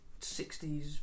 60s